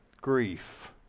grief